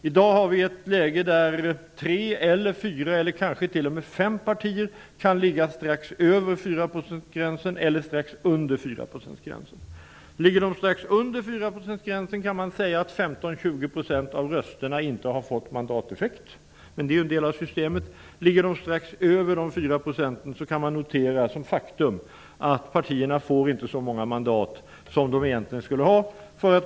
I dagens läge är det tre, fyra eller kanske t.o.m. fem partier som kan ligga strax över eller strax under 4-procentsgränsen. Om ett parti ligger strax under den gränsen är det ca 15-- 20 % av rösterna som inte har fått mandateffekt, men det är ju en del av systemet. Om ett parti ligger strax över 4-procentsgränsen är det ett faktum att partiet inte får så många mandat som det egentligen skulle ha.